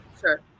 sure